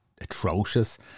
atrocious